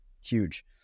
Huge